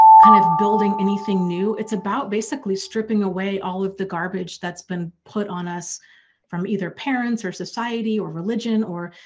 kind of building anything new, it's about basically stripping away all of the garbage that's been put on us from either parents or society or religion or